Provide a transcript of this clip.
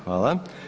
Hvala.